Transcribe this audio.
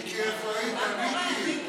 מיקי, איפה היית, מיקי?